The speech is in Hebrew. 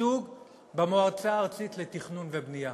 ייצוג במועצה הארצית לתכנון ובנייה,